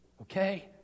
Okay